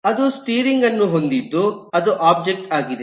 ಇದು ಸ್ಟೀರಿಂಗ್ ಅನ್ನು ಹೊಂದಿದ್ದು ಅದು ಒಬ್ಜೆಕ್ಟ್ ಆಗಿದೆ